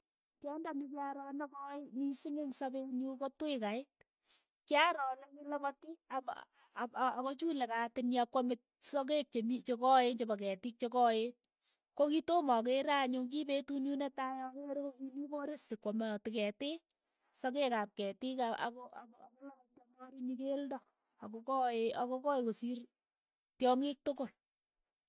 Tyondo ne kyaroo ne koi mising eng' sapet nyu ko twigait, kyaroo lekiilapati ama- am ak kochulei katiit nyi akwamei sakeek che mii che koeen chepo ketiik che koeen, ko ki toma akeere anyun, kipetuut nyu ne tai akeere kokimii poresti kwamati ketiik, sakeek ap ketiik a- ako ako akolapati amaarunyi keeldo akokae akokoi kosiir tyongik tukul.